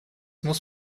muss